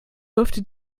dürfte